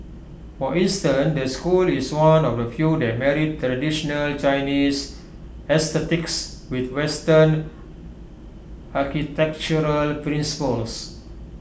for instance the school is one of the few that married traditional Chinese aesthetics with western architectural principles